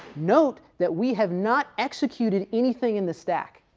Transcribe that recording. note that we have not executed anything in the stack,